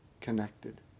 connected